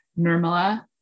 Nirmala